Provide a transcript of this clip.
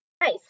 Nice